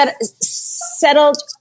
Settled